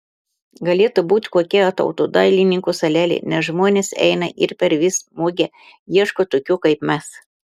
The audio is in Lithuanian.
galėtų būti kokia tautodailininkų salelė nes žmonės eina ir per vis mugę ieško tokių kaip mes